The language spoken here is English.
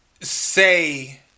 say